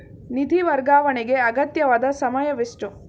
ನಿಧಿ ವರ್ಗಾವಣೆಗೆ ಅಗತ್ಯವಾದ ಸಮಯವೆಷ್ಟು?